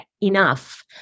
enough